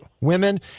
women